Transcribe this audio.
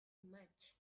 much